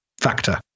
factor